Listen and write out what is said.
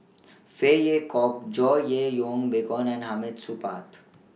Phey Yew Kok George Yeo Yong Boon and Hamid Supaat